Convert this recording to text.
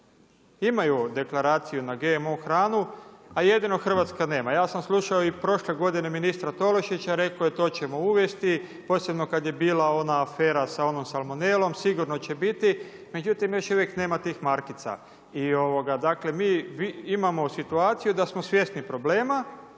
imaju deklaraciju na GMO hranu a jedino Hrvatska nema. Ja sam slušao i prošle godine ministra Tolušića, rekao je to ćemo uvesti. Posebno kada je bila ona afera sa onom salmonelom, sigurno će biti, međutim još uvijek nema tih markica. Dakle mi imamo situaciju da smo svjesni problema